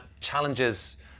challenges